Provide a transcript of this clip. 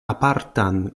apartan